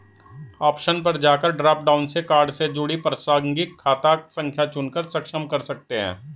option पर जाकर drop down से कार्ड से जुड़ी प्रासंगिक खाता संख्या चुनकर सक्षम कर सकते है